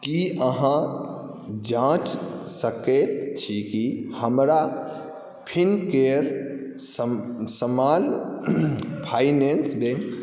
कि अहाँ जाँचि सकै छी कि हमर फिनकेअर एस्मॉल फाइनेन्स बैँक